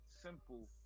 simple